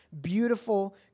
beautiful